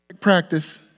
practice